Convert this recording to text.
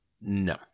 No